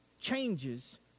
changes